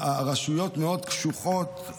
הרשויות קשוחות מאוד.